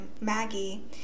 maggie